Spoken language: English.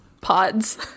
pods